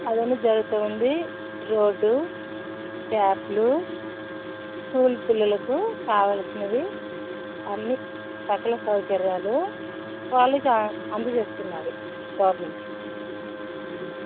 అవన్నీ జరుగుతూ ఉంది రోడ్డు ట్యాబ్లు స్కూల్ పిల్లలకు కావలసినవి అన్ని సకల సౌకర్యాలు వాళ్ళకి అందజేస్తున్నారు గవర్నమెంటు